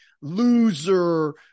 loser